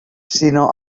sinó